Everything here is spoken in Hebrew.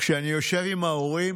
כשאני יושב עם ההורים,